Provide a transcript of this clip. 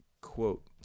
quote